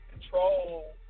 control